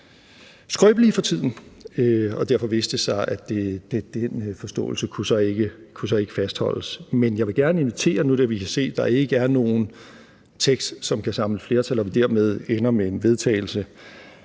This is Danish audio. skrøbelige for tiden, og derfor viste det sig, at den forståelse så ikke kunne fastholdes. Men jeg vil gerne invitere – nu da vi kan se, at der ikke er nogen tekst, som kan samle flertal, og vi dermed ender med en afstemning,